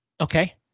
Okay